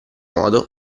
modo